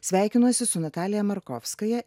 sveikinuosi su natalija markovskaja